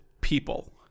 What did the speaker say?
people